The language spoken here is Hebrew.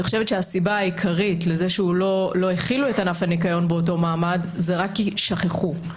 אני חושבת שהסיבה העיקרית לזה שלא החילו אותו באותו מעמד זה רק כי שכחו.